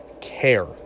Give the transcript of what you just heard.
care